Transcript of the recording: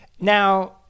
Now